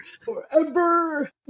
Forever